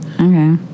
Okay